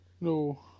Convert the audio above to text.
No